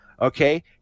okay